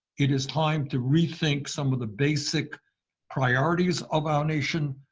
it is time to rethink some of the basic priorities of our nation,